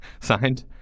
signed